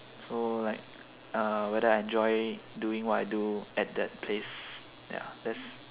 so like uh whether I enjoy doing what I do at that place ya that's